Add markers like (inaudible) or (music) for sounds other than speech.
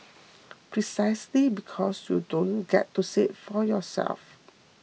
(noise) precisely because you don't get to see it for yourself